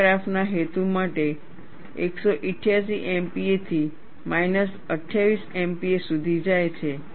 આ ગ્રાફના હેતુ માટે તે 188 MPa થી માઈનસ 28 MPa સુધી જાય છે